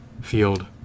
field